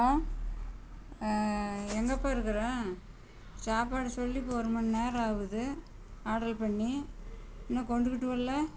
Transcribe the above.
எங்கேப்பா இருக்கிற சாப்பாடு சொல்லி இப்போ ஒரு மணி நேரம் ஆகுது ஆர்ட்ரு பண்ணி இன்னும் கொண்டுக்கிட்டு வரல